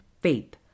faith